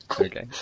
okay